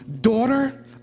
daughter